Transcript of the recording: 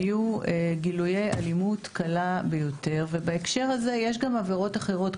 היו גילויי אלימות קלה ביותר ובהקשר הזה יש גם עבירות אחרות.